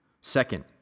Second